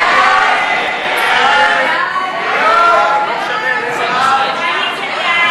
סעיף 05, משרד האוצר,